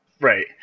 Right